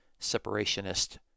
separationist